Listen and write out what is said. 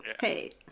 hey